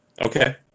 Okay